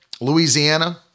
Louisiana